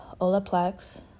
Olaplex